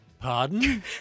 Pardon